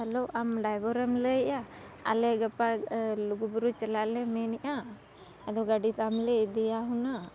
hello ᱟᱢ ᱰᱟᱭᱵᱚᱨᱮᱢ ᱞᱟᱹᱭᱮᱫᱼᱟ ᱟᱞᱮ ᱜᱟᱯᱟ ᱞᱩᱜᱩ ᱵᱩᱨᱩ ᱪᱟᱞᱟᱜ ᱞᱮ ᱢᱮᱱᱮᱫᱼᱟ ᱟᱫᱚ ᱜᱟᱹᱰᱤ ᱛᱟᱢᱞᱮ ᱤᱫᱤᱭᱟ ᱦᱩᱱᱟᱹᱝ